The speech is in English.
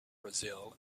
brazil